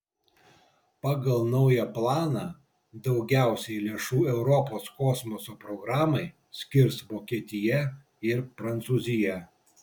pagal naują planą daugiausiai lėšų europos kosmoso programai skirs vokietija ir prancūzija